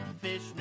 fish